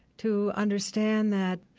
to understand that,